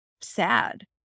sad